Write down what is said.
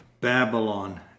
Babylon